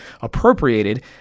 appropriated